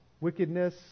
Wickedness